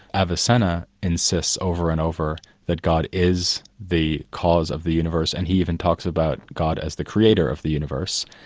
avicenna insists over and over that god is the cause of the universe, and he even talks about god as the creator of the universe,